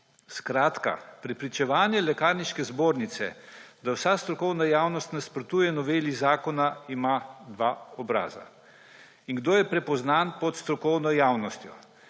Skratka, prepričevanje Lekarniške zbornice, da vsa strokovna javnost nasprotuje noveli zakona, ima dva obraza. In kdo je prepoznan pod strokovno javnostjo?